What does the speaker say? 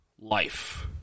life